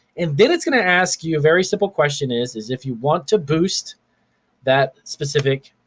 and then it's gonna ask you a very simple question is is if you want to boost that specific